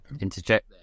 interject